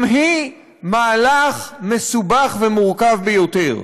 גם היא מהלך מסובך ומורכב ביותר.